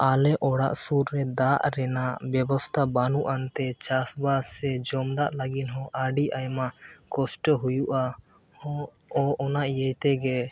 ᱟᱞᱮ ᱚᱲᱟᱜ ᱥᱩᱨ ᱨᱮ ᱫᱟᱜ ᱨᱮᱱᱟᱜ ᱵᱮᱵᱚᱥᱛᱷᱟ ᱵᱟᱹᱱᱩᱜ ᱟᱱ ᱛᱮ ᱪᱟᱥᱵᱟᱥ ᱥᱮ ᱡᱚᱢ ᱫᱟᱜ ᱞᱟᱹᱜᱤᱫ ᱦᱚᱸ ᱟᱹᱰᱤ ᱟᱭᱢᱟ ᱠᱚᱥᱴᱚ ᱦᱩᱭᱩᱜᱼᱟ ᱚᱱᱟ ᱤᱭᱟᱹ ᱛᱮᱜᱮ